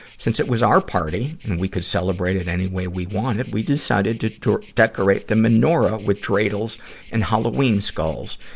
since it was our party, and we could celebrate it anyway we wanted, we decided to to decorate the menorah with dreidels and halloween skulls.